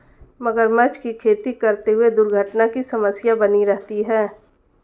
मगरमच्छ की खेती करते हुए दुर्घटना की समस्या बनी रहती है